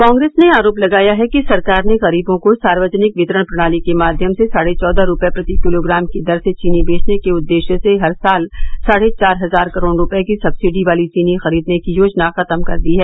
कांग्रेस ने आरोप लगाया है कि सरकार ने गरीबों को सार्वजनिक वितरण प्रणाली के माध्यम से साढ़े चौदह रुपये प्रति किलोग्राम की दर से चीनी बेचने के उद्देश्य से हर साल साढ़े चार हजार करोड़ रुपये की सब्सिडी वाली चीनी खरीदने की योजना खत्म कर दी हैं